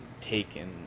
taken